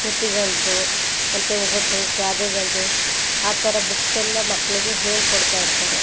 ಕೃತಿಗಳದ್ದು ಅಂತೆ ಒಗಟು ಗಾದೆಗಳದ್ದು ಆ ಥರ ಬುಕ್ಸೆಲ್ಲ ಮಕ್ಳಿಗೆ ಹೇಳ್ಕೊಡ್ತಾಯಿರ್ತಾರೆ